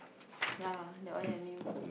ya that one your name